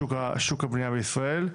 שוק הבנייה והדיור בישראל.